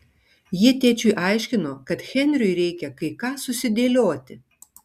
ji tėčiui aiškino kad henriui reikia kai ką susidėlioti